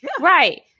Right